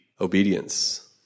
Obedience